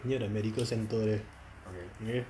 near the medical centre there okay